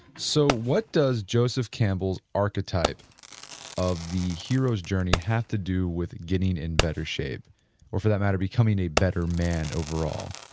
so, what does joseph campbell's archetype of the hero's journey had to do with getting in better shape or for that matter becoming a better man overall.